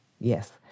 Yes